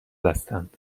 هستند